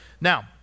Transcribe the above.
Now